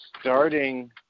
starting